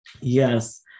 Yes